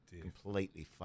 completely